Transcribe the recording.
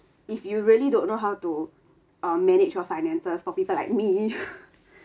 if you really don't know how to uh manage your finances for people like me